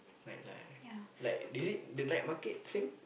like like like is it the night market same